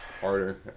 harder